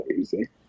easy